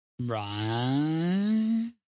Right